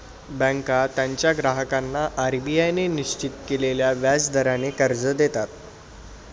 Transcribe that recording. बँका त्यांच्या ग्राहकांना आर.बी.आय ने निश्चित केलेल्या व्याज दराने कर्ज देतात